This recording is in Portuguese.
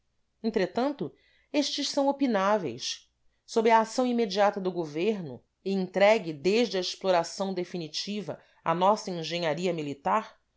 entretanto estes são opináveis sob a ação imediata do governo e entregue desde a exploração definitiva à nossa engenharia militar